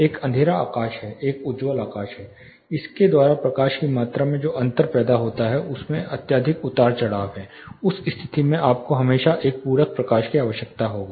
एक अंधेरा आकाश है एक उज्ज्वल आकाश है इसके द्वारा प्रकाश की मात्रा जो अंदर प्राप्त होती है उसमें अत्यधिक उतार चढ़ाव है उस स्थिति में आपको हमेशा एक पूरक प्रकाश की आवश्यकता होगी